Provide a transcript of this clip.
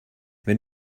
wenn